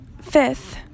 fifth